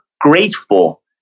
grateful